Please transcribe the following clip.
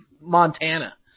Montana